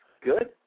good